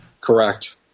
Correct